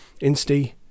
Insty